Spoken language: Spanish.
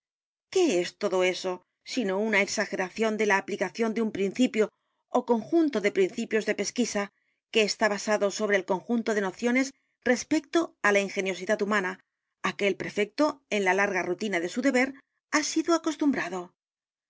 qué es todo eso sino una exageración de la aplicación de un principio ó conjunto de principios de pesquisa que está basado sobre el conjunto de nociones respecto á la ingeniosidad humana á que el prefecto en la larga rutina de su deber ha sido acostumbrado